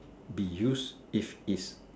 be use if its